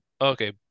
Okay